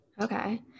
Okay